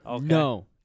No